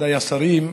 מכובדיי השרים,